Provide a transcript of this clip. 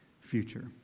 future